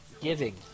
giving